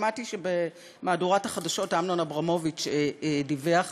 שמעתי שבמהדורת החדשות אמנון אברמוביץ דיווח